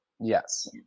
Yes